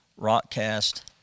Rockcast